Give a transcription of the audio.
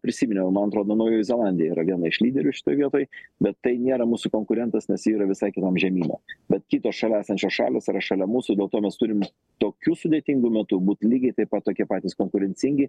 prisiminiau man atrodo naujoji zelandija yra viena iš lyderių šitoj vietoj bet tai nėra mūsų konkurentas nes ji yra visai kitam žemyne bet kitos šalia esančios šalys yra šalia mūsų dėl to mes turime tokiu sudėtingu metu būti lygiai taip pat tokie patys konkurencingi